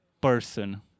person